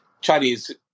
Chinese